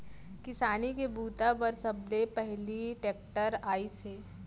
किसानी के बूता बर सबले पहिली टेक्टर आइस हे